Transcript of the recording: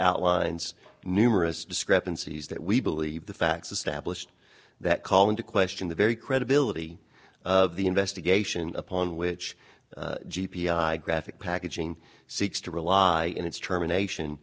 outlines numerous discrepancies that we believe the facts established that call into question the very credibility of the investigation upon which g p i graphic packaging seeks to rely and its germination